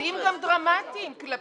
יש לנו